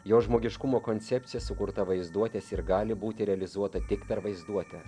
jo žmogiškumo koncepcija sukurta vaizduotės ir gali būti realizuota tik per vaizduotę